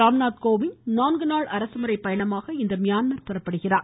ராம்நாத் கோவிந்த் நான்குநாள் அரசுமுறை பயணமாக இன்று மியான்மர் புருப்படுகிறார்